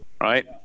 right